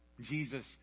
Jesus